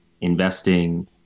investing